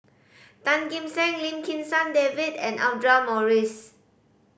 Tan Kim Seng Lim Kim San David and Audra Morrice